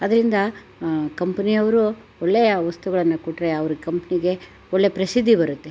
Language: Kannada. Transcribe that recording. ಅದರಿಂದ ಕಂಪನಿಯವರು ಒಳ್ಳೆಯ ವಸ್ತುಗಳನ್ನು ಕೊಟ್ಟರೆ ಅವರ ಕಂಪ್ನಿಗೆ ಒಳ್ಳೆಯ ಪ್ರಸಿದ್ಧಿ ಬರುತ್ತೆ